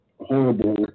horrible